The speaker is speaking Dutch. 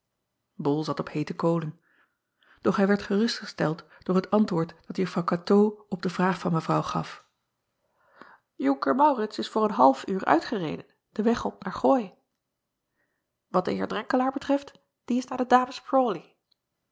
ol zat op heete kolen doch hij werd gerustgesteld door het antwoord dat uffrouw atoo op de vraag van evrouw gaf onker aurits is voor een half uur uitgereden den weg op naar rooi at den eer renkelaer betreft die is naar de